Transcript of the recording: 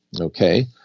okay